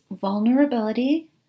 vulnerability